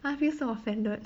I feel so offended